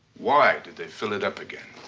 why did they fill it up again?